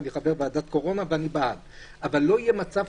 ואני חבר ועדת קורונה ואני בעד לא יהיה מצב